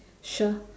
sure